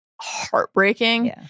heartbreaking